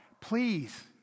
please